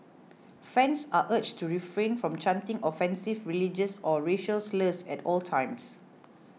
fans are urged to refrain from chanting offensive religious or racial slurs at all times